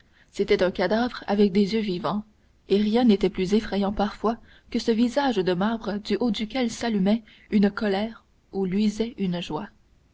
c'était un cadavre avec des yeux vivants et rien n'était plus effrayant parfois que ce visage de marbre au haut duquel s'allumait une colère ou luisait une joie